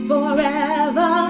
Forever